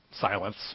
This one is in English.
Silence